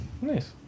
Nice